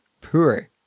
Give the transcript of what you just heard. poor